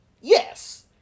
Yes